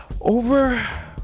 over